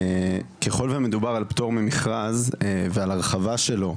ככל ומדובר על פטור ממכרז ועל הרחבה שלו,